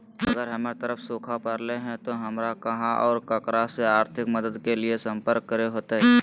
अगर हमर तरफ सुखा परले है तो, हमरा कहा और ककरा से आर्थिक मदद के लिए सम्पर्क करे होतय?